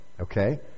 Okay